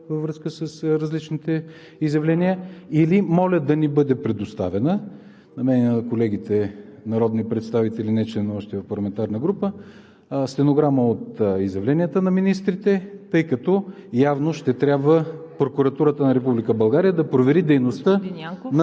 във връзката с различните изявления, или моля да ни бъде предоставена – на мен и на колегите народни представители, нечленуващи в парламентарна група, стенограма от изявленията на министрите, тъй като явно ще трябва Прокуратурата на Република България да провери дейността